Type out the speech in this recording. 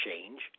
change